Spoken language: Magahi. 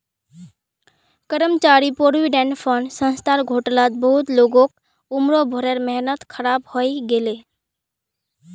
कर्मचारी प्रोविडेंट फण्ड संस्थार घोटालात बहुत लोगक उम्र भरेर मेहनत ख़राब हइ गेले